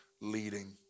leading